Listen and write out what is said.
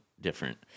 different